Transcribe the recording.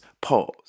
Pause